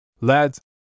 Lads